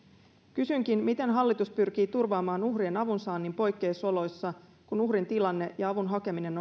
kysynkin miten hallitus pyrkii turvaamaan uhrien avunsaannin poikkeusoloissa kun uhrin tilanne ja avun hakeminen